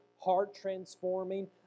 heart-transforming